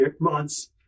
months